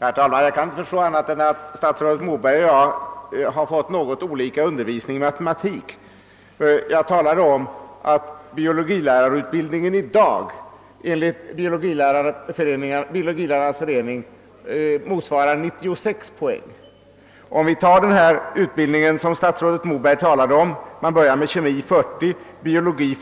Herr talman! Jag kan inte förstå annat än att statsrådet Moberg och jag har fått något olika undervisning i matematik. Jag talade om att biologilärarutbildningen i dag enligt uppgift från Biologilärarnas förening motsvarar 96 poäng, men den utbildning som statsrådet Moberg talar om innefattar 40 poäng i kemi och 40 i biologi;